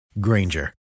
Granger